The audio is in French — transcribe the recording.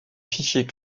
fichier